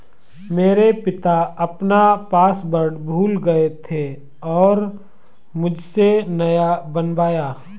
मेरे पिता अपना पासवर्ड भूल गए थे और मुझसे नया बनवाया